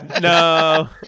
No